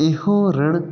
इहो ऋण